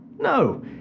No